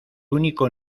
único